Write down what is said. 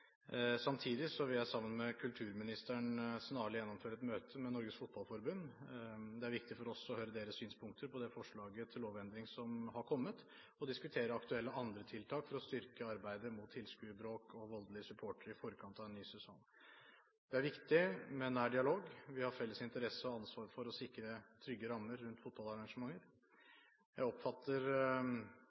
vil jeg sammen med kulturministeren snarlig gjennomføre et møte med Norges Fotballforbund. Det er viktig for oss å høre deres synspunkter på forslaget til lovendring som har kommet, og diskutere andre aktuelle tiltak for å styrke arbeidet mot tilskuerbråk og voldelige supportere i forkant av en ny sesong. Det er viktig med en nær dialog. Vi har felles interesse av og ansvar for å sikre trygge rammer rundt fotballarrangementer. Jeg oppfatter